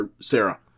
Sarah